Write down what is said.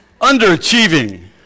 underachieving